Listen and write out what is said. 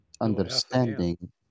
understanding